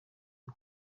ubu